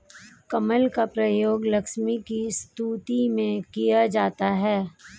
कमल का प्रयोग लक्ष्मी की स्तुति में किया जाता है